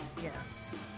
Yes